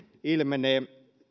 ilmenee